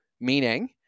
meaning